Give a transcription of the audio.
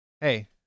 Hey